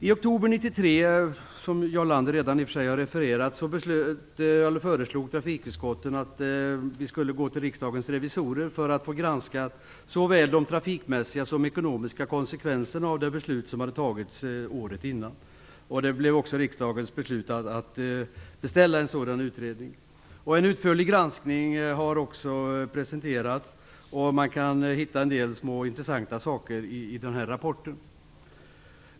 I oktober 1993 föreslog trafikutskottet att vi skulle gå till riksdagens revisorer för att man skulle granska såväl de trafikmässiga som de ekonomiska konsekvenserna av det beslut som tagits året innan. Det blev också riksdagens beslut att beställa en sådan utredning. En utförlig granskning har presenterats. Man kan hitta en del intressant i den rapporten.